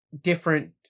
different